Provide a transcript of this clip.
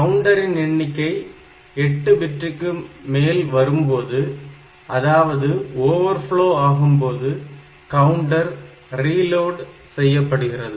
கவுண்டரின் எண்ணிக்கை 8 பிட்க்கு மேல் வரும்போது அதாவது ஓவர்ஃப்லோ ஆகும்போது கவுண்டர் ரீலோட் செய்யப்படுகிறது